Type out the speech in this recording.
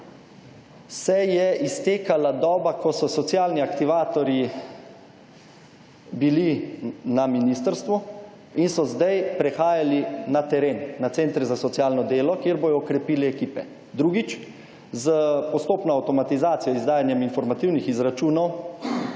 se je iztekala doba ko so socialni aktivatorji bili na ministrstvu in so sedaj prehajali na teren, na centre za socialno delo, kjer bodo okrepili ekipe. Drugič, s postopno avtomatizacijo izdajanjem informativnih izračunov